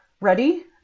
ready